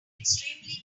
extremely